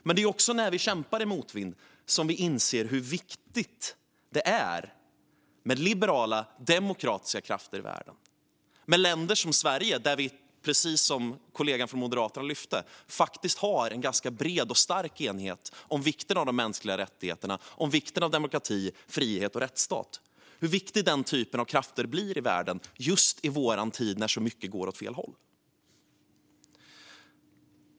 Men det är också när vi kämpar i motvind som vi inser hur viktigt det är med liberala demokratiska krafter i världen. Och med länder som Sverige, precis som kollegan från Moderaterna lyfte fram, har vi faktiskt en ganska bred och stark enighet om vikten av de mänskliga rättigheterna, om vikten av demokrati, frihet och rättsstaten och hur viktig den typen av krafter blir i världen just i vår tid när så mycket går åt fel åt.